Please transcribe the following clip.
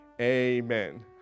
Amen